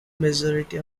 majority